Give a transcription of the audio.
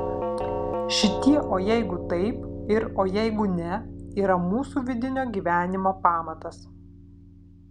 šitie o jeigu taip ir o jeigu ne yra mūsų vidinio gyvenimo pamatas